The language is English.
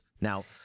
Now